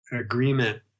agreement